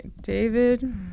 David